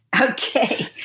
Okay